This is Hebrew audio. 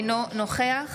אינו נוכח